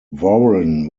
warren